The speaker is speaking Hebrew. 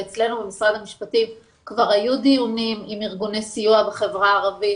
ואצלנו במשרד המשפטים כבר היו דיונים עם ארגוני סיוע בחברה הערבית